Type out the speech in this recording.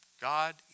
God